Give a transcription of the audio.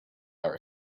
our